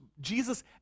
Jesus